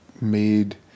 made